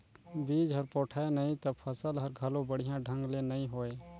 बिज हर पोठाय नही त फसल हर घलो बड़िया ढंग ले नइ होवे